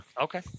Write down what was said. Okay